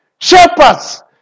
shepherds